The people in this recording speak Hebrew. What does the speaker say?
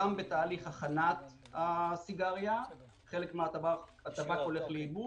כי בתהליך הכנת הסיגריה חלק מהטבק הולך לאיבוד,